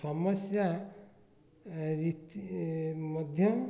ସମସ୍ୟା ମଧ୍ୟ